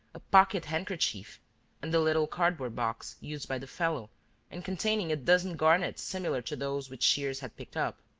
a pocket-handkerchief and the little cardboard box used by the fellow and containing a dozen garnets similar to those which shears had picked up.